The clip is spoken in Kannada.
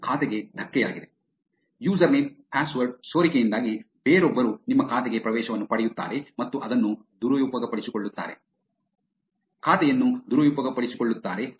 ಇದು ಖಾತೆಗೆ ಧಕ್ಕೆಯಾಗಿದೆ ಯೂಸರ್ ನೇಮ್ ಪಾಸ್ವರ್ಡ್ ಸೋರಿಕೆಯಿಂದಾಗಿ ಬೇರೊಬ್ಬರು ನಿಮ್ಮ ಖಾತೆಗೆ ಪ್ರವೇಶವನ್ನು ಪಡೆಯುತ್ತಾರೆ ಮತ್ತು ಅದನ್ನು ದುರುಪಯೋಗಪಡಿಸಿಕೊಳ್ಳುತ್ತಾರೆ ಖಾತೆಯನ್ನು ದುರುಪಯೋಗಪಡಿಸಿಕೊಳ್ಳುತ್ತಾರೆ